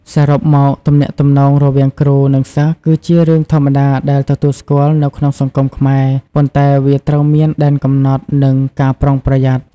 សរុបមក ទំនាក់ទំនងរវាងគ្រូ និងសិស្សគឺជារឿងធម្មតាដែលទទួលស្គាល់នៅក្នុងសង្គមខ្មែរ ប៉ុន្តែវាត្រូវមានដែនកំណត់និងការប្រុងប្រយ័ត្ន។